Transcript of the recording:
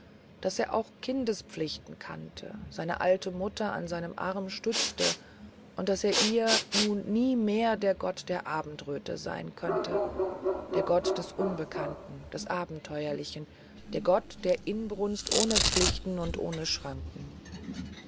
daß er auch kindespflichten kannte seine alte mutter an seinem arm stützte und daß er ihr nun nie mehr der gott der abendröte sein könnte der gott des unbekannten des abenteuerlichen der gott der inbrunst ohne pflichten und ohne schranken